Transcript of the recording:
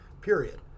period